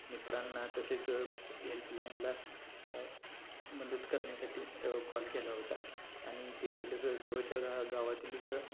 मित्रांना तसेच हेल्पलाईनला मदत करण्यासाठी कॉल केला होता आणि तेथीलच जवळच्या गा गावातीलचं